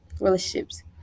relationships